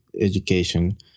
education